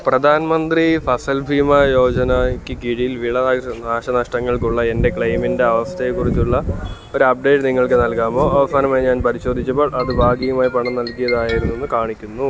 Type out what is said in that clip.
പ്രധാൻ മന്ത്രി ഫസൽ ഭീമ യോജനയ്ക്ക് കീഴിൽ വിള നാശ നഷ്ടങ്ങൾക്കുള്ള എൻ്റെ ക്ലെയിമിൻ്റെ അവസ്ഥയെ കുറിച്ചുള്ള ഒരു അപ്ഡേറ്റ് നിങ്ങൾക്ക് നൽകാമോ അവസാനമായി ഞാൻ പരിശോധിച്ചപ്പോൾ അത് ഭാഗികമായി പണം നൽകിയതായിരുന്നെന്ന് കാണിക്കുന്നു